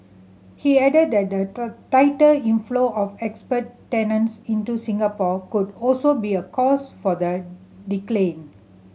he added that the tighter inflow of expat tenants into Singapore could also be a cause for the decline